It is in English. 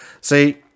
See